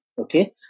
Okay